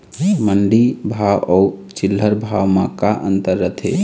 मंडी भाव अउ चिल्हर भाव म का अंतर रथे?